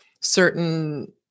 certain